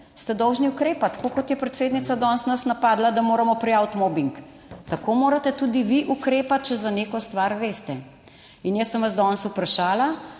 ste dolžni ukrepati, tako kot je predsednica danes nas napadla, da moramo prijaviti mobing, tako morate tudi vi ukrepati, če za neko stvar veste. In jaz sem vas danes vprašala,